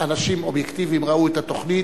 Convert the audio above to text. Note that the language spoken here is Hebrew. אנשים אובייקטיביים ראו את התוכנית,